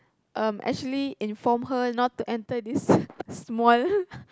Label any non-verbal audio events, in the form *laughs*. um actually inform her not to enter this *breath* small *laughs*